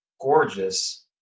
gorgeous